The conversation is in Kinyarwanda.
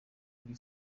kuri